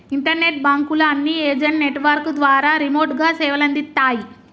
internet బాంకుల అన్ని agent network ద్వారా రిమోట్ గా సేవలందిత్తాయి